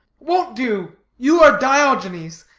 won't do. you are diogenes,